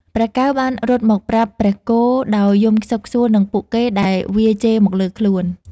ព្រះកែវបានរត់មកប្រាប់ព្រះគោដោយយំខ្សឹកខ្សួលនឹងពួកគេដែលវាយជេរមកលើខ្លួន ។